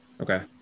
okay